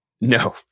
No